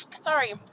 sorry